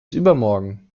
übermorgen